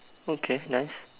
okay nice